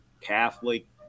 catholic